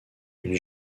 une